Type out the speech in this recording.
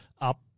up